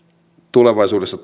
tulevaisuudessa